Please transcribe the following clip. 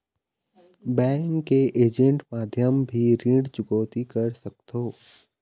Bank के agent माध्यम भी ऋण चुकौती कर सकथों?